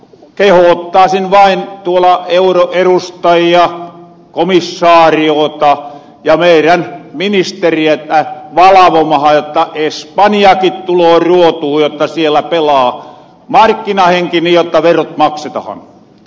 kehoottasin vain tuolla euroerustajia komissaareja ja meirän ministeriä valavomahan jotta espanjakin tuloo ruotuu jotta siellä pelaa markkinahenki niin jotta verot maksetahan